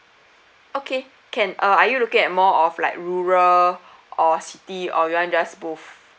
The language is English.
okay can uh are you looking at more of like rural or city or you want just both